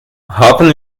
haben